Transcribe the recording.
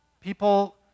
People